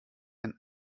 einen